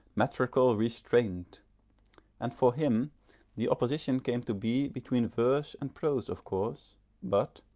metrical restraint and for him the opposition came to be between verse and prose of course but,